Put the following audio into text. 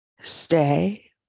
stay